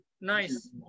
nice